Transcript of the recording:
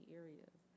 areas